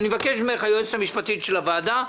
אני מבקש מן היועצת המשפטית לוועדה,